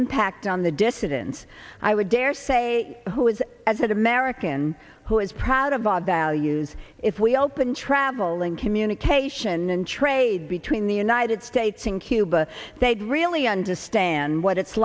impact on the dissidents i would dare say who is as an american who is proud of our values if we open traveling communication and trade between the united states and cuba they'd really understand what it's